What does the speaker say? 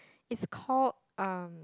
it's called um